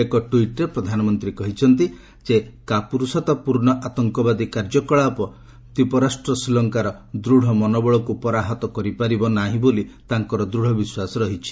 ଏକ ଟ୍ୱିଟ୍ରେ ପ୍ରଧାନମନ୍ତ୍ରୀ କହିଛନ୍ତି ଯେ କାପୁରୁଷତାପୂର୍ଣ୍ଣ ଆତଙ୍କବାଦୀ କାର୍ଯ୍ୟକଳାପ ଦୀପରାଷ୍ଟ୍ର ଶ୍ରୀଲଙ୍କାର ଦୃଢ଼ ମନୋବଳକୁ ପରାହତ କରିପାରିବ ନାହିଁ ବୋଲି ତାଙ୍କର ଦୃଢ଼ ବିଶ୍ୱାସ ରହିଛି